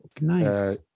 nice